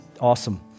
awesome